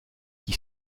qui